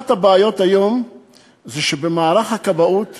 אחת הבעיות היום היא שבמערך הכבאות